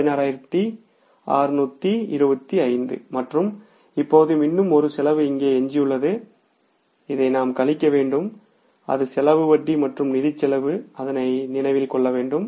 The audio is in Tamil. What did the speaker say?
16625 மற்றும் இப்போது இன்னும் ஒரு செலவு இங்கே எஞ்சியுள்ளது இதை நாம் கழிக்க வேண்டும் அது செலவு வட்டி மற்றும் நிதி செலவு அதனை நினைவு கொள்ளவேண்டும்